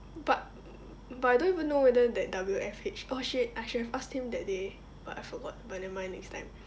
but but I don't even know whether that W_F_H oh shit I should have asked him that day but I forgot but nevermind next time